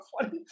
funny